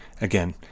Again